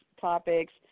topics